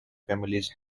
families